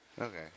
Okay